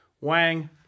Wang